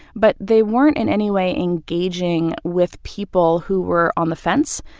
but they weren't in any way engaging with people who were on the fence.